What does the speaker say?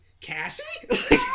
Cassie